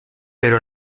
però